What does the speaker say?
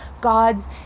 God's